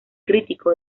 crítico